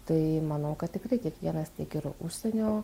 tai manau kad tikrai kiekvienas tiek ir užsienio